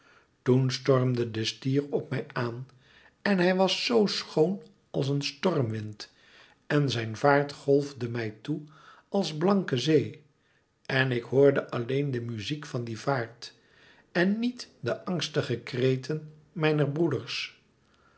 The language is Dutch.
toen stormde de stier op mij aan en hij was zo schoon als een stormwind en zijn vaart golfde mij toe als blanke zee en ik hoorde alleen de muziek van die vaart en niet de angstige kreten mijner broeders